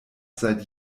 seit